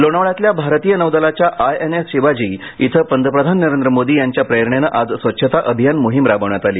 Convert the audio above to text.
लोणावळ्यातल्या भारतीय नौदलाच्या I N S Shivaji इथ पंतप्रधान नरेंद्र मोदींच्या प्रेरणेने आज स्वच्छता अभियान मोहीम राबविण्यात आली